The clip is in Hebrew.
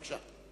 בבקשה.